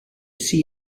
see